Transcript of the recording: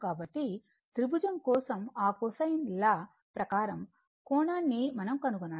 కాబట్టి త్రిభుజం కోసం ఆ కొసైన్ లా ప్రకారం కోణాన్ని మనం కనుగొనాలి